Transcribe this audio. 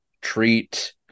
treat